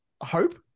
hope